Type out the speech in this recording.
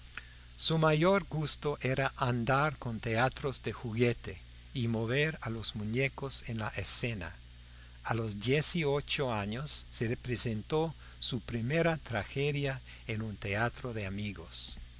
su mayor gusto era andar con teatros de juguete y mover a los muñecos en la escena a los dieciocho años se representó su primera tragedia en un teatro de amigos